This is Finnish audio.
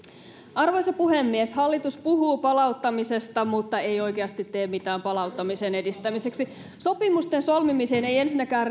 arvoisa puhemies hallitus puhuu palauttamisesta mutta ei oikeasti tee mitään palauttamisen edistämiseksi sopimusten solmimiseen ei ensinnäkään